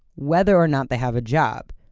whether or not they have a job.